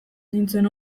nintzen